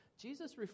Jesus